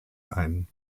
ein